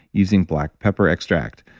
using black pepper extract.